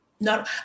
No